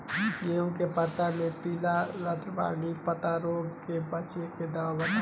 गेहूँ के पता मे पिला रातपिला पतारोग से बचें के दवा बतावल जाव?